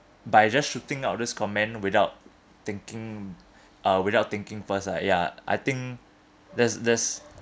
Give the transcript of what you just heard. by just shooting out this comment without thinking uh without thinking first ah ya I think that's that's